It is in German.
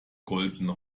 goldene